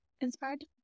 inspired